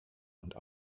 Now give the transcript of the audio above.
und